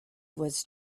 was